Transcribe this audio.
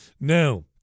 Now